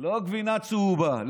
לא גבינה צהובה.